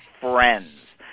friends